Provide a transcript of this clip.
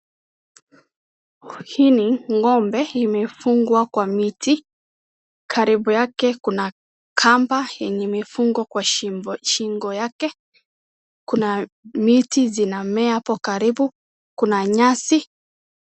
Hili ng'ombe limefungwa kwa miti, karibu yake kuna kamba yenye imefungwa kwa shingo, shingo yake, kuna miti zinamea hapo karibu, kuna nyasi.